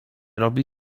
robi